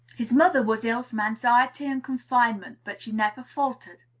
his mother was ill from anxiety and confinement but she never faltered.